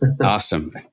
Awesome